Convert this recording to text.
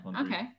Okay